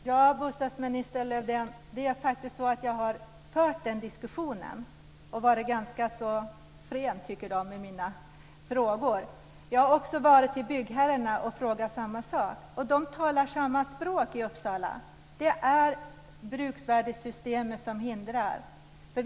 Fru talman! Bostadsminister Lövdén! Jag har faktiskt fört den diskussionen och varit ganska frän, tycker man, i mina frågor. Jag har också varit hos byggherrarna och ställt samma frågor. De talar samma språk i Uppsala. Det är bruksvärdessystemet som hindrar.